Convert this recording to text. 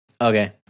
Okay